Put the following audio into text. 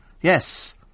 Yes